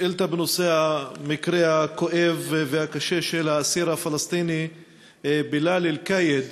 שאילתה בנושא המקרה הכואב והקשה של האסיר הפלסטיני בילאל אל-קאיד,